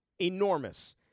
enormous